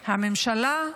הממשלה,